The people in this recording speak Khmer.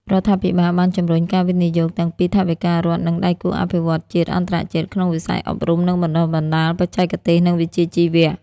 រដ្ឋាភិបាលបានជំរុញការវិនិយោគទាំងពីថវិការដ្ឋ និងដៃគូអភិវឌ្ឍន៍ជាតិ-អន្តរជាតិ ក្នុងវិស័យ អប់រំ និងបណ្តុះបណ្តាលបច្ចេកទេស និងវិជ្ជាជីវៈ។